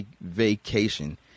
vacation